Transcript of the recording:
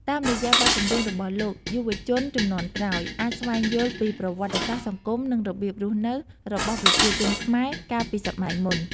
តាមរយៈបទចម្រៀងរបស់លោក យុវជនជំនាន់ក្រោយអាចស្វែងយល់ពី ប្រវត្តិសាស្ត្រ សង្គម និងរបៀបរស់នៅ របស់ប្រជាជនខ្មែរកាលពីសម័យមុន ។